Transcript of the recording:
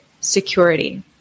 security